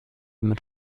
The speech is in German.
mit